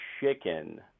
chicken